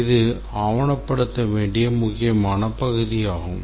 இது ஆவணப்படுத்த வேண்டிய முக்கியமான பகுதியாகும்